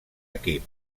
equip